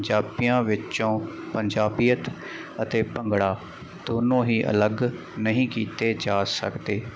ਪੰਜਾਬੀਆਂ ਵਿੱਚੋਂ ਪੰਜਾਬੀਅਤ ਅਤੇ ਭੰਗੜਾ ਦੋਨੋਂ ਹੀ ਅਲੱਗ ਨਹੀਂ ਕੀਤੇ ਜਾ ਸਕਦੇ